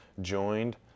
joined